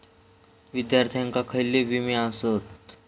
विद्यार्थ्यांका खयले विमे आसत?